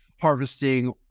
harvesting